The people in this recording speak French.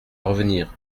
revenir